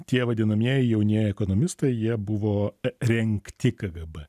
tie vadinamieji jaunieji ekonomistai jie buvo rengti kgb